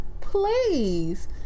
Please